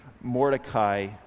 mordecai